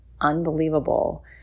unbelievable